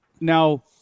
Now